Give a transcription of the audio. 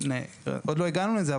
עוד לא הגענו לזה,